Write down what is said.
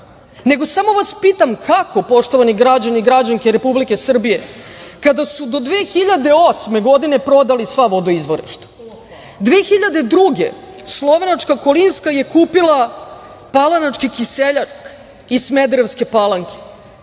nego samo vas pitam kako, poštovani građani i građanke Republike Srbije, kada su do 2008. godine prodali sva vodoizvorišta? Godine 2002. slovenačka „Kolinska“ je kupila „Palanački Kiseljak“ iz Smederevske Palanke. Godine